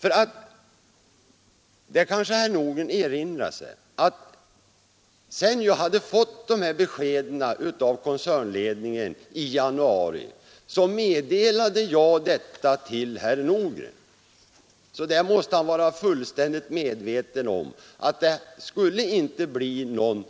Herr Nordgren kanske erinrar sig att när jag hade fått beskeden från koncernledningen i januari, meddelade jag detta till herr Nordgren. Därför borde herr Nordgren vara fullständigt medveten om att det då inte skulle bli någon